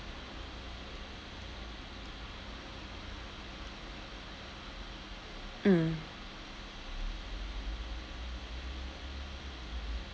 mm